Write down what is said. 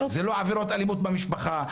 זה לא עבירות אלימות במשפחה,